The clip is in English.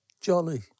jolly